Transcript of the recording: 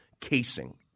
casing